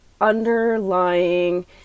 underlying